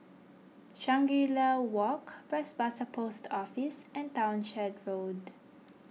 Shangri La Walk Bras Basah Post Office and Townshend Road